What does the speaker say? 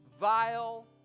vile